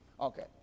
Okay